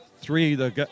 three